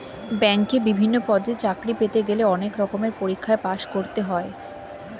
ব্যাংকে বিভিন্ন পদে চাকরি পেতে গেলে অনেক রকমের পরীক্ষায় পাশ করতে হয়